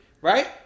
right